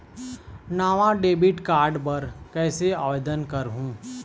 नावा debit card बर कैसे आवेदन करहूं?